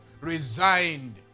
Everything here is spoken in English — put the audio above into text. resigned